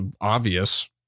obvious